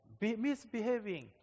misbehaving